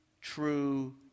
true